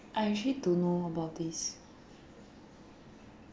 I actually don't know about this